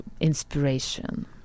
inspiration